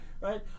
Right